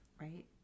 right